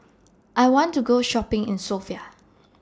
I want to Go Shopping in Sofia